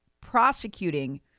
prosecuting